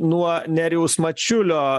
nuo nerijaus mačiulio